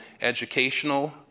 educational